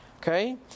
Okay